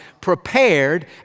prepared